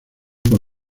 con